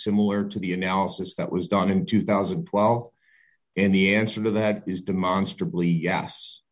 similar to the analysis that was done in two thousand and twelve and the answer to that is demonstrably yes